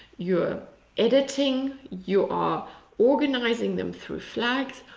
your editing, you are organizing them through flags.